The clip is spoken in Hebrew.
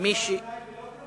היתה עצירת ביניים בלוקרבי?